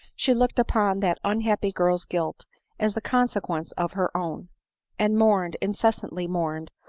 she looked upon that unhappy girl's guilt as the consequence of her own and mourned, incessantly mourned,